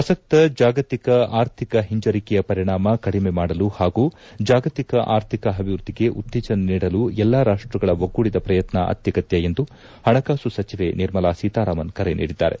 ಪ್ರಸಕ್ತ ಜಾಗತಿಕ ಆರ್ಥಿಕ ಹಿಂಜರಿಕೆಯ ಪರಿಣಾಮ ಕಡಿಮೆ ಮಾಡಲು ಹಾಗೂ ಜಾಗತಿಕ ಆರ್ಥಿಕ ಅಭಿವೃದ್ದಿಗೆ ಉತ್ತೇಜನ ನೀಡಲು ಎಲ್ಲಾ ರಾಷ್ಟಗಳ ಒಗ್ಗೂಡಿದ ಪ್ರಯತ್ನ ಅತ್ಯಗತ್ಯ ಎಂದು ಹಣಕಾಸು ಸಚಿವೆ ನಿರ್ಮಲಾ ಸೀತಾರಾಮನ್ ಕರೆ ನೀಡಿದ್ದಾರೆ